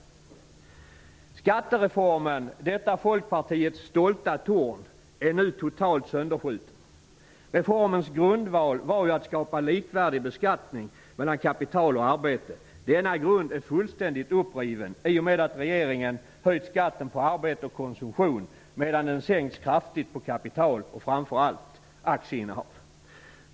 Skattereformen, detta Folkpartiets stolta torn, är nu totalt sönderskjuten. Reformens grundval var ju att skapa likvärdig beskattning av kapital och arbete. Denna grund är fullständigt uppriven i och med att regeringen har höjt skatten på arbete och konsumtion, medan den sänkt skatten kraftigt på kapital och framför allt aktieinnehav.